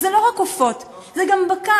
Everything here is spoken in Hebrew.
וזה לא רק עופות, זה גם בקר.